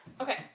Okay